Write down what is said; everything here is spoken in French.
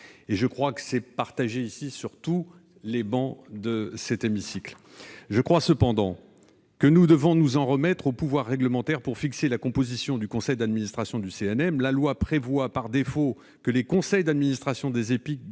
Je crois que nous en avons tous conscience ici. Cependant, je pense que nous devons nous en remettre au pouvoir réglementaire pour fixer la composition du conseil d'administration du CNM. La loi prévoit, par défaut, que les conseils d'administration des ÉPIC